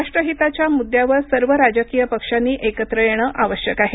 राष्ट्रहिताच्या मुद्द्यावर सर्व राजकीय पक्षांनी एकत्र येणं आवश्यक आहे